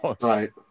Right